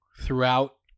throughout